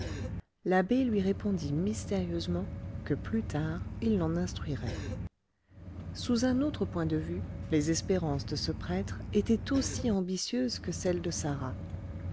l'abbé lui répondit mystérieusement que plus tard il l'en instruirait sous un autre point de vue les espérances de ce prêtre étaient aussi ambitieuses que celles de sarah